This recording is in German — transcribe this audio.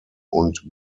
und